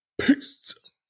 Peace